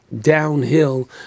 downhill